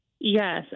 Yes